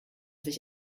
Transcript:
sich